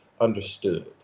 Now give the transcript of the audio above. understood